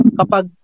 kapag